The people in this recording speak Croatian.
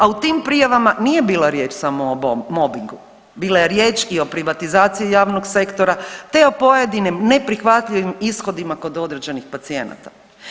A u tim prijavama nije bila riječ o mobingu, bila je riječ i o privatizaciji javnog sektora te o pojedini neprihvatljivim ishodima kod određenih pacijenata.